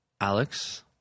Alex